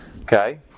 Okay